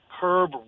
curb